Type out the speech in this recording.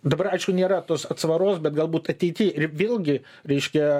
dabar aišku nėra tos atsvaros bet galbūt ateity ir vėlgi reiškia